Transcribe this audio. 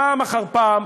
פעם אחר פעם,